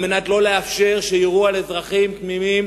כדי לא לאפשר שיירו "קסאמים" על אזרחים תמימים.